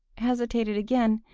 hesitated again,